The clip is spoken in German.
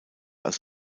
als